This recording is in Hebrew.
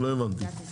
לא הבנתי.